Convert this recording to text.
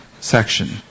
section